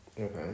Okay